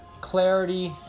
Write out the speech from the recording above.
clarity